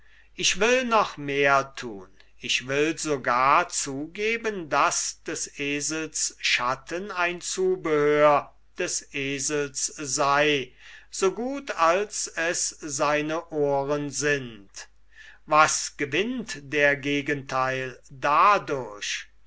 ich will noch mehr tun ich will sogar zugeben daß des esels schatten ein zubehör des esels sei so gut als es seine ohren sind was gewinnt der gegenteil dadurch